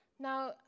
Now